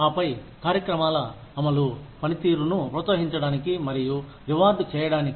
ఆపై కార్యక్రమాల అమలు పనితీరును ప్రోత్సహించడానికి మరియు రివార్డ్ చేయడానికి